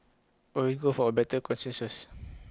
always go for A better consensus